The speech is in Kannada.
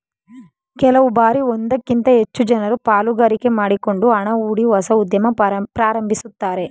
ಕೆಲವು ಬಾರಿ ಒಂದಕ್ಕಿಂತ ಹೆಚ್ಚು ಜನರು ಪಾಲುಗಾರಿಕೆ ಮಾಡಿಕೊಂಡು ಹಣ ಹೂಡಿ ಹೊಸ ಉದ್ಯಮ ಪ್ರಾರಂಭಿಸುತ್ತಾರೆ